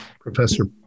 Professor